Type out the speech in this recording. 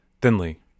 Thinly